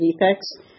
defects